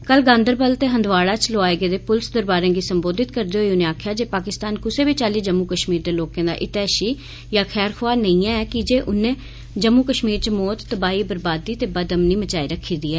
कल गांदरबल ते हंदवाड़ा च लोआए गेदे पुलस दरबारें गी संबोधत करदे होई उनें आक्खेआ जे पाकिस्तान कुसै बी चाल्ली जम्मू कश्मीर दे लोकें दा हतैषी जां खैरख्वां नेई ऐ की जे उन्ने जम्मू कश्मीर च मौत तबाही बरबादी ते बदअमनी मचाई रखी दी ऐ